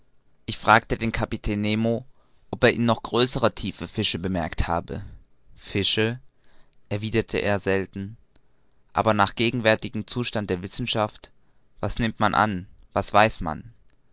ich fragte den kapitän nemo ob er in noch größerer tiefe fische bemerkt habe fische erwiderte er selten aber nach gegenwärtigem zustand der wissenschaft was nimmt man an was weiß man